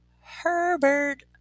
Herbert